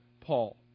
Paul